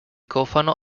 cofano